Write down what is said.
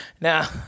now